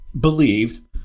believed